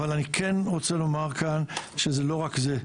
אבל אני כן רוצה לומר כאן שזה לא רק זה.